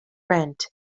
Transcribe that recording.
print